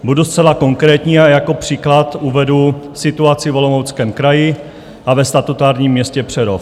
Budu zcela konkrétní a jako příklad uvedu situaci v Olomouckém kraji a ve statutárním městě Přerov.